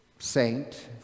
saint